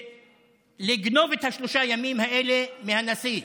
לגנוב את שלושת הימים האלה מהנשיא.